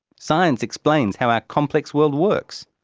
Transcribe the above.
science explains how our complex world works.